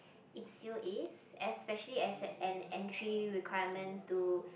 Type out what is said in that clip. it still is especially as an entry requirement to